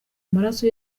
amaraso